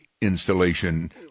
installation